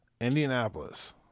Indianapolis